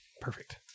Perfect